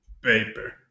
paper